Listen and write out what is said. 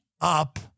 up